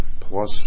plus